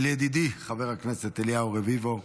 של ידידי חבר הכנסת אליהו רביבו.